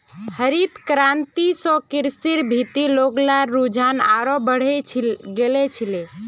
हरित क्रांति स कृषिर भीति लोग्लार रुझान आरोह बढ़े गेल छिले